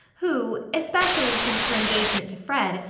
who, especially since her engagement to fred,